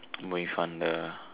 mui fan the